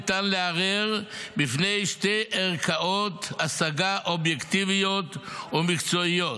ניתן לערער בפני שתי ערכאות השגה אובייקטיביות ומקצועיות: